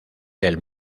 del